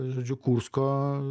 žodžiu kursko